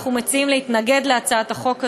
אנחנו מציעים להתנגד להצעת החוק הזאת.